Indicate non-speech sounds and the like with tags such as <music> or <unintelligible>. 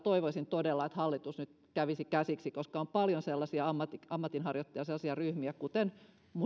<unintelligible> toivoisin todella että tähän yksityiskohtaan hallitus nyt kävisi käsiksi koska on paljon sellaisia ammatinharjoittaja sellaisia ryhmiä kuten